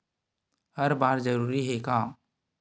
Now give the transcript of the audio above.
हर बार जरूरी हे का?